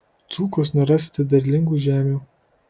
dzūkuos nerasite derlingų žemių